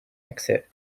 exit